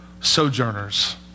sojourners